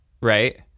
right